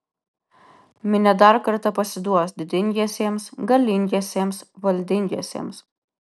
minia dar kartą pasiduos didingiesiems galingiesiems valdingiesiems